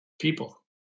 people